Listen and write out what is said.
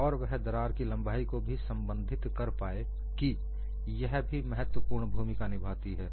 और वह दरार की लंबाई को भी संबंधित कर पाए कि यह भी महत्वपूर्ण भूमिका निभाती है